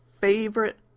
favorite